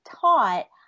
taught